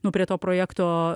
nu prie to projekto